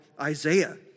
Isaiah